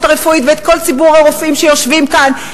הרפואית ואת כל ציבור הרופאים שיושבים כאן,